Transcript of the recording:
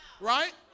Right